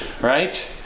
right